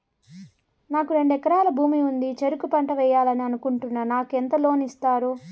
నాకు రెండు ఎకరాల భూమి ఉంది, చెరుకు పంట వేయాలని అనుకుంటున్నా, నాకు ఎంత లోను ఇస్తారు?